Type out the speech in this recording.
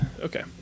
okay